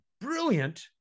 brilliant